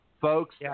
folks